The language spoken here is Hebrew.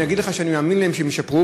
אני אגיד לך שאני מאמין להם שהם ישפרו.